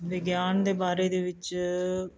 ਵਿਗਿਆਨ ਦੇ ਬਾਰੇ ਦੇ ਵਿੱਚ